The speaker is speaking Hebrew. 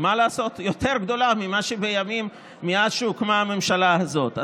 מה לעשות, יותר גדולה מאז הוקמה הממשלה הזאת.